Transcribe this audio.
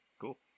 Cool